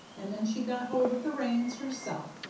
and then she got hold of the reins herself,